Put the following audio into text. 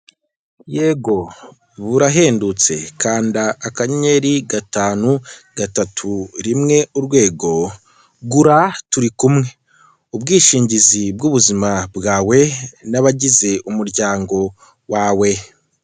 Yego burahendutse, kanda akanyenyeri gatanu gatatu rimwe urwego, gura turikumwe, ubwishingizi bw'ubuzima bwawe n'abagize umuryango wawe.